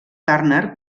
turner